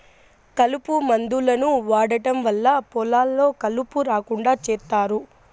కలుపు మందులను వాడటం వల్ల పొలాల్లో కలుపు రాకుండా చేత్తారు